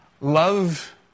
love